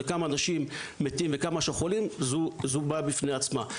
לכמה אנשים מתים וכמה שחולים זו בעיה בפני עצמה.